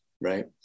right